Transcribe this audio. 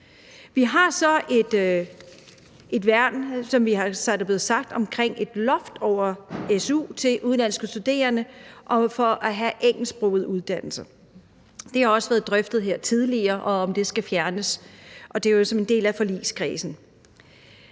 som der er blevet sat, et loft over su til udenlandske studerende og for at have engelsksprogede uddannelser. Det har også været drøftet her tidligere, og om det skal fjernes, og det er jo som en del af forligskredsen.